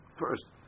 first